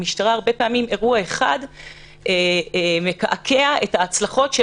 במשטרה הרבה פעמים אירוע אחד מקעקע את ההצלחות של